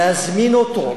להזמין אותו,